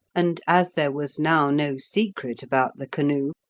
and, as there was now no secret about the canoe,